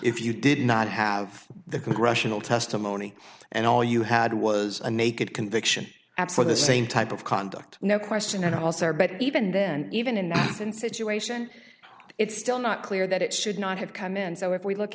if you did not have the congressional testimony and all you had was a naked conviction absolute the same type of conduct no question at all sir but even then even in the situation it's still not clear that it should not have come in so if we look